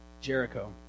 Jericho